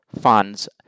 funds